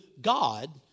God